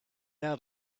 out